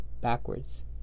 backwards